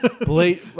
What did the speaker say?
Blade